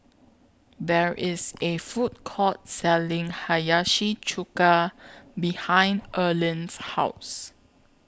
There IS A Food Court Selling Hiyashi Chuka behind Erline's House